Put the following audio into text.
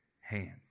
hand